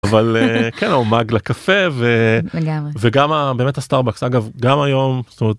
אבל כן, או מאג לקפה, וגם באמת הסטארטבקס. אגב גם היום זאת אומרת.